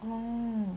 oh